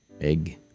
egg